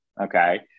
Okay